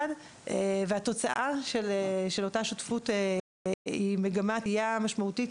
התוצאה של אותה שותפות היא מגמת עלייה משמעותית